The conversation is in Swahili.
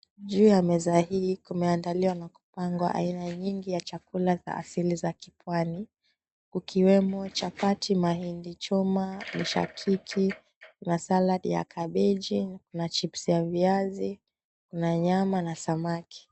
Juu ya meza hii kumeandaliwa na kupangwa aina nyingi ya chakula za asili za kipwani. Kukiwemo chapati, mahindichoma, mshakiki na salad ya kabeji na chipsi ya viazi, Kuna nyama na samaki.